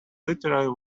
literally